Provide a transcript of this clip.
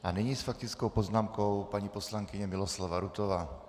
A nyní s faktickou poznámkou paní poslankyně Miloslava Rutová.